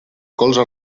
colze